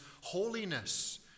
holiness